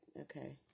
okay